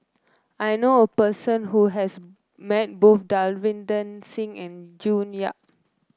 I knew a person who has met both Davinder Singh and June Yap